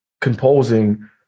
composing